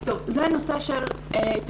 זה בנושא התעסוקה.